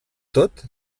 tot